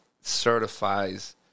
certifies